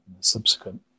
subsequent